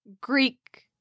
greek